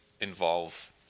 involve